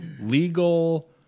legal